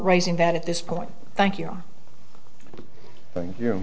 raising that at this point thank you thank you